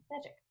Magic